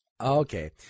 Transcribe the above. Okay